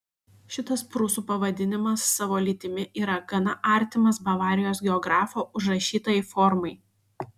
šitas prūsų pavadinimas savo lytimi yra gana artimas bavarijos geografo užrašytajai formai